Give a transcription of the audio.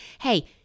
hey